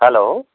hello